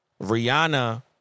Rihanna